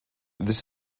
this